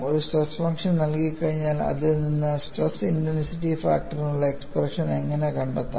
ഒരു stress function നൽകികഴിഞ്ഞാൽ അതിൽ നിന്ന് സ്ട്രെസ് ഇന്റൻസിറ്റി ഫാക്ടറിനുള്ള എക്സ്പ്രഷൻ എങ്ങനെ കണ്ടെത്താം